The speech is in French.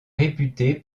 réputée